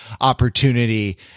opportunity